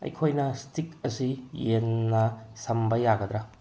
ꯑꯩꯈꯣꯏꯅ ꯏꯁꯇꯤꯛ ꯑꯁꯤ ꯌꯦꯟꯅ ꯁꯝꯕ ꯌꯥꯒꯗ꯭ꯔꯥ